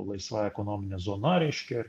laisvąja ekonomine zona reiškia